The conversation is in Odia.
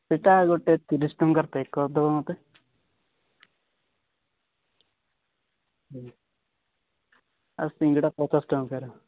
ସେଇଟା ଗୋଟେ ତିରିଶି ଟଙ୍କାର ପେକ୍ କରିଦେବ ମୋତେ ହଁ ଆଉ ସିଙ୍ଗଡ଼ା ପଚାଶ ଟଙ୍କାର